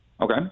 okay